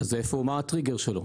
אז מה הטריגר שלו?